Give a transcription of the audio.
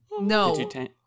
No